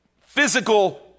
physical